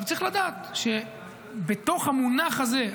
צריך לדעת שבתוך המונח הזה,